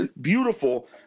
beautiful